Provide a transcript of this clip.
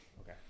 Okay